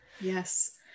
Yes